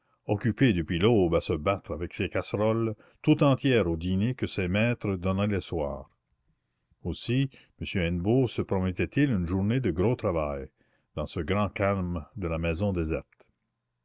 occupée depuis l'aube à se battre avec ses casseroles tout entière au dîner que ses maîtres donnaient le soir aussi m hennebeau se promettait il une journée de gros travail dans ce grand calme de la maison déserte